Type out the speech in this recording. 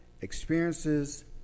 experiences